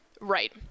right